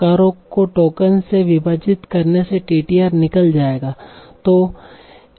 प्रकारों को टोकन से विभाजित करने से टीटीआर निकल जायेगा